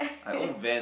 I owe van